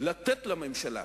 לתת לממשלה